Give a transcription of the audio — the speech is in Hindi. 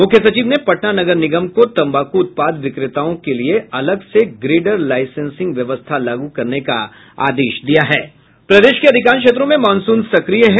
मुख्य सचिव ने पटना नगर निगम को तम्बाकू उत्पाद विक्रेताओं को लिए अलग से ग्रेडर लाईसेंसिंग व्यवस्था लागू करने का आदेश दिया हैं प्रदेश के अधिकांश क्षेत्रों में मानसून सक्रिय है